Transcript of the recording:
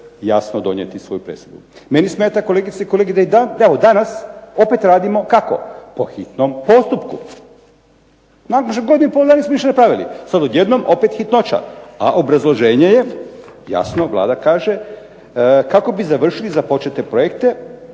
jasno donijeti svoju presudu. Meni smeta kolegice i kolege da i dan, evo danas opet radimo kako? Po hitnom postupku. Nakon što godinu i pol dana nismo ništa napravili. Sad odjednom opet hitnoća, a obrazloženje je jasno Vlada kaže kako bi završili započete projekte,